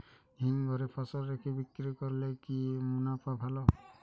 হিমঘরে ফসল রেখে বিক্রি করলে কি মুনাফা ভালো?